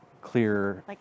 clear